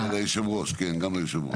של יושב הראש, כן, גם ליושב הראש.